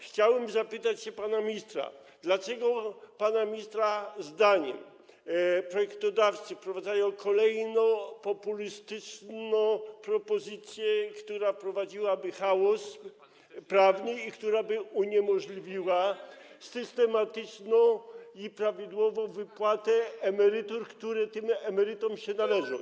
Chciałem zapytać się pana ministra, dlaczego pana ministra zdaniem projektodawcy wprowadzają kolejną populistyczną propozycję, która wprowadziłaby chaos prawny i która by uniemożliwiła systematyczną i prawidłową wypłatę emerytur, które tym emerytom się należą.